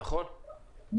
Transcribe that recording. נכון.